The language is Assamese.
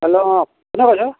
হেল্ল' অ কোনে কৈছে